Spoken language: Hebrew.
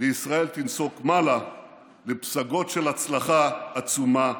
וישראל תנסוק מעלה לפסגות של הצלחה עצומה ושגשוג.